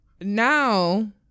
now